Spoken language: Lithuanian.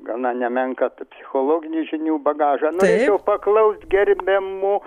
gana nemenką tų psichologinių žinių bagažą norėčiau paklaust gerbiamų